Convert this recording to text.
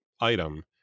item